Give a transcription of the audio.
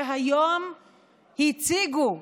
שהיום הציגו,